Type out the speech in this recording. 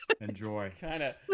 Enjoy